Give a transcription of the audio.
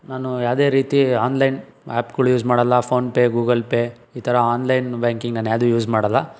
ನಾನು ಯಾವುದೇ ರೀತಿ ಆನ್ಲೈನ್ ಆ್ಯಪ್ಗಳು ಯೂಸ್ ಮಾಡಲ್ಲ ಫೋನ್ಪೇ ಗೂಗಲ್ ಪೇ ಈ ಥರ ಆನ್ಲೈನ್ ಬ್ಯಾಂಕಿಂಗನ್ನು ಯಾವುದೂ ಯೂಸ್ ಮಾಡಲ್ಲ